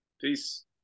Peace